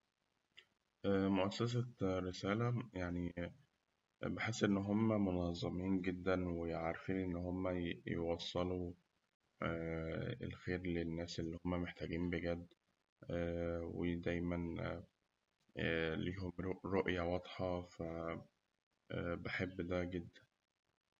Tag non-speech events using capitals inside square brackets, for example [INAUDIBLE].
مؤسسة رسالة [HESITATION] يعني بحس إن هم منظمين جداً وعارفين إن هم ي- يوصلوا [HESITATION] الخير للناس اللي هم محتاجين بجد [HESITATION] ودايماً [HESITATION] ليهم رؤ- رؤية واضحة، فبحب ده جداً.